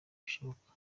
bishoboka